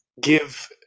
give